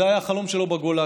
זה היה החלום שלו בגולה,